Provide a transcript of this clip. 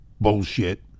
Bullshit